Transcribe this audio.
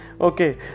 Okay